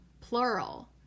plural